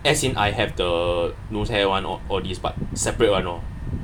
as in I have the nose hair [one] all these but separate [one] lor